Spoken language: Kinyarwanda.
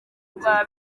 rwa